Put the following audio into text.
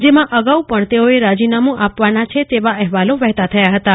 જેમાં અગાઉ પણ તેઓએ રાજીનામું આપવાના છે તેવા અહેવાલો વહેતા થયાં હતાં